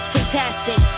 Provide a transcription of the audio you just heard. Fantastic